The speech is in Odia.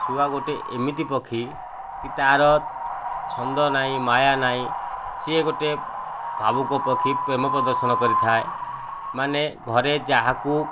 ଶୁଆ ଗୋଟିଏ ଏମିତି ପକ୍ଷୀ କି ତା'ର ଛନ୍ଦ ନାହିଁ ମାୟା ନାହିଁ ସେ ଗୋଟିଏ ଭାବୁକ ପକ୍ଷୀ ପ୍ରେମ ପ୍ରଦର୍ଶନ କରିଥାଏ ମାନେ ଘରେ ଯାହାକୁ